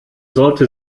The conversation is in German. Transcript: sollte